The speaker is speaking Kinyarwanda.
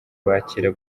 bakira